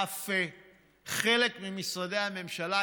ואף חלק ממשרדי הממשלה,